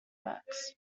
works